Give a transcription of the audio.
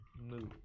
move